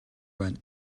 байна